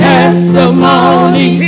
Testimony